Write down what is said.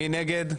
מי נגד?